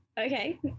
Okay